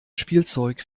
spielzeug